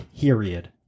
Period